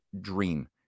dream